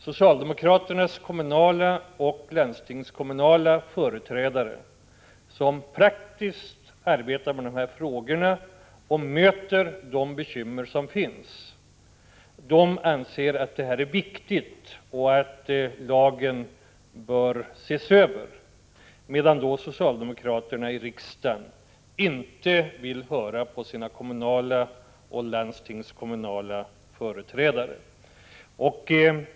Socialdemokratiska kommunala och landstingskommunala företrädare, som praktiskt arbetar med dessa frågor och möter de bekymmer som finns, anser att gränsdragningen är viktig och att lagen bör ses över. Socialdemokraterna i riksdagen vill dock inte höra på sina kommunala och landstingskommunala företrädare.